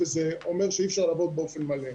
וזה אומר שאי אפשר לעבוד באופן מלא.